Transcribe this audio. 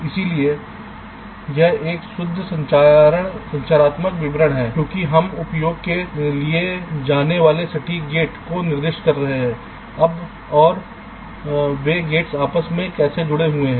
इसलिए यह एक शुद्ध संरचनात्मक विवरण है क्योंकि हम उपयोग किए जाने वाले सटीक गेट को निर्दिष्ट कर रहे हैं और वे गेट्स आपस में कैसे जुड़े हुए हैं